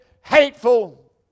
hateful